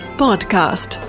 podcast